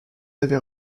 avait